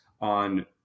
on